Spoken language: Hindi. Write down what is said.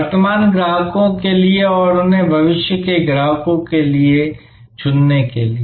वर्तमान ग्राहकों के लिए और उन्हें भविष्य के ग्राहकों के लिए चुनने के लिए